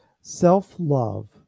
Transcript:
Self-love